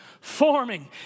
forming